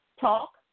talk